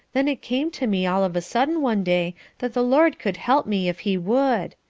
then it came to me all of a sudden one day that the lord could help me if he would.